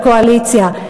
לקואליציה.